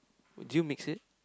do you mix it